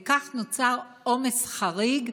כך נוצר עומס חריג,